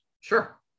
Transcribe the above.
sure